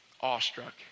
awestruck